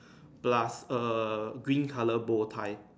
plus a green colour bold tie